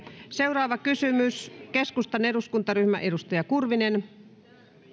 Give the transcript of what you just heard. seuraava kysymys keskustan eduskuntaryhmä edustaja kurvinen